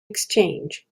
exchange